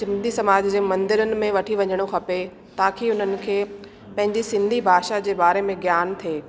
सिंधी समाज जे मंदिरनि में वठी वञिणो खपे ताकी उन्हनि खे पंहिंजे सिंधी भाषा जे बारे में ज्ञान थे